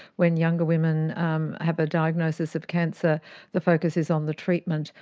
when younger women um have a diagnosis of cancer the focus is on the treatment,